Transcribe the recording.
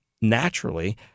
naturally